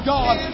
God